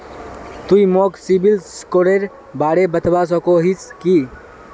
तुई मोक सिबिल स्कोरेर बारे बतवा सकोहिस कि?